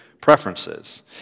preferences